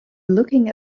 looking